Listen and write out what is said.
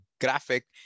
graphic